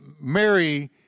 Mary